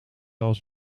als